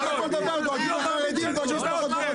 --- אל תשחקו אותה שאתם דואגים לחרדים ------ אם